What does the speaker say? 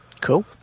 Cool